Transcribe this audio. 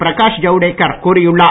பிரகாஷ் ஜவுடேகர் கூறியுள்ளார்